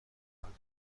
کند